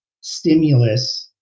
stimulus